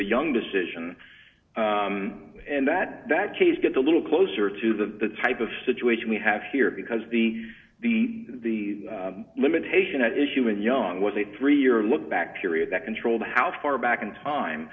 the young decision and that that case gets a little closer to the type of situation we have here because the the the limitation at issue in young was a three year look bacteria that controlled how far back in time